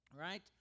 right